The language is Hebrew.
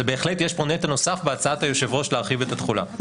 זה בהחלט יש פה נטל נוסף בהצעת היושב ראש להרחיב את החולה,